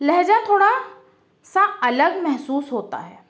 لہجہ تھوڑا سا الگ محسوس ہوتا ہے